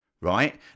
right